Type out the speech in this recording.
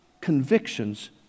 convictions